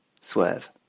Swerve